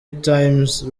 times